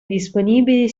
disponibili